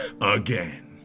again